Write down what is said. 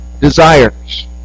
desires